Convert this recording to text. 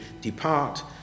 depart